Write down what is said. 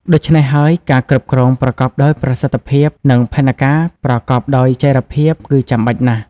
ដូច្នេះហើយ ការគ្រប់គ្រង ប្រកបដោយប្រសិទ្ធភាព និង ផែនការប្រកបដោយចីរភាព គឺចាំបាច់ណាស់។